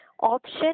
Option